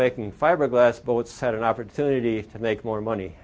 making fiberglass boats had an opportunity to make more money